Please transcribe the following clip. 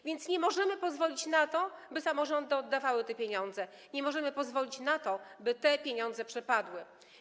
A więc nie możemy pozwolić na to, by samorządy oddawały te pieniądze, nie możemy pozwolić na to, by te pieniądze przepadły.